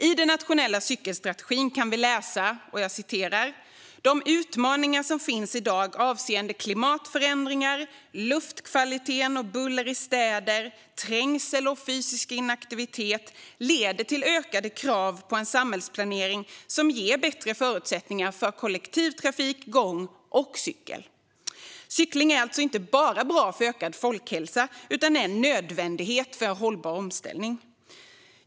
I den nationella cykelstrategin kan vi läsa: "De utmaningar som finns i dag avseende klimatförändringar, luftkvaliteten och buller i städer, trängsel och fysisk inaktivitet leder till ökade krav på en samhällsplanering som ger bättre förutsättningar för kollektivtrafik, gång och cykel." Cykling är alltså inte bara bra för ökad folkhälsa utan är en nödvändighet för en hållbar omställning.